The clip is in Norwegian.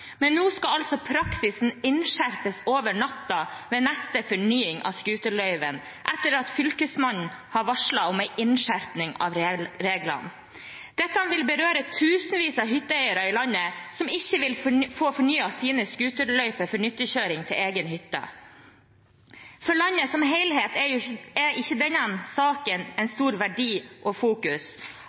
men nå skal altså praksis innskjerpes over natten ved neste fornying av scooterløyve, etter at Fylkesmannen har varslet en innskjerping av reglene. Dette vil berøre tusenvis av hytteeiere i landet, som ikke vil få fornyet sin scooterløype for nyttekjøring til egen hytte. For landet som helhet er ikke denne saken av stor verdi